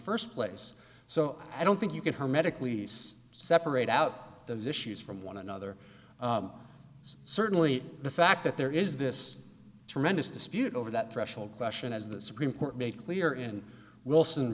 first place so i don't think you can hermetic least separate out those issues from one another certainly the fact that there is this tremendous dispute over that threshold question as the supreme court made clear in wilson